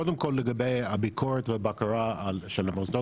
קודם כל לגבי הביקורת והבקרה של המוסדות.